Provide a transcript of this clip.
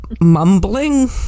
mumbling